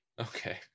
Okay